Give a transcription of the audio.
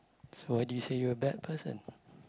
so why did you say you were bad person